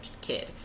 kid